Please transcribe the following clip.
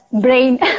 brain